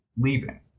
leaving